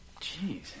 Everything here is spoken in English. Jeez